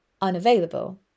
unavailable